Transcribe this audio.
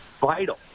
vital